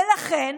ולכן,